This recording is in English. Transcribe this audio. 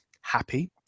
happy